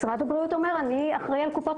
משרד הבריאות אומר: אני אחראי על קופת